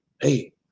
Hey